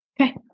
Okay